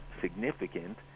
significant